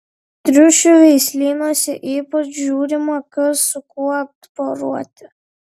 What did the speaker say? triušių veislynuose ypač žiūrima ką su kuo poruoti